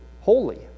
Holy